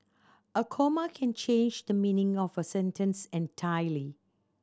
a comma can change the meaning of a sentence entirely